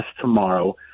tomorrow